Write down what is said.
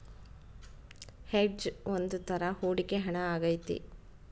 hedge ಒಂದ್ ತರ ಹೂಡಿಕೆ ಹಣ ಆಗೈತಿ